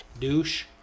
Douche